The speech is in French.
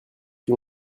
qui